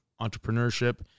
entrepreneurship